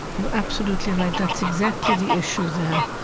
you're absolutely right. that's exactly the issue there.